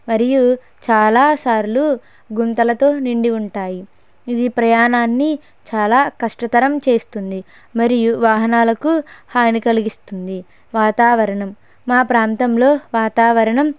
మరియు చాలా సార్లు గుంతలతో నిండి ఉంటాయి ఇది ప్రయాణాన్ని చాలా కష్టతరం చేస్తుంది మరియు వాహనాలకు హాని కలిగిస్తుంది వాతావరణం మా ప్రాంతంలో వాతావరణం